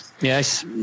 Yes